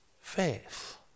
faith